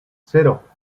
cero